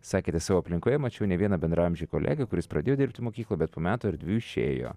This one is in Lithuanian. sakėte savo aplinkoje mačiau ne vieną bendraamžį kolegą kuris pradėjo dirbti mokyklo bet po metų ar dviejų išėjo